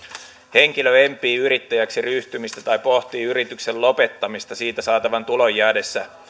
henkilö empii yrittäjäksi ryhtymistä tai pohtii yrityksen lopettamista siitä saatavan tulon jäädessä